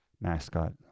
mascot